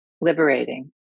liberating